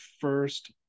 first